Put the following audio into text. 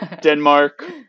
Denmark